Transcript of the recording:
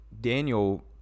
Daniel